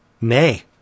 nay